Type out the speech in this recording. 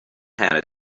handed